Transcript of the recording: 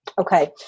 Okay